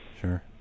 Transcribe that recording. sure